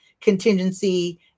contingency